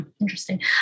interesting